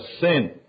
sin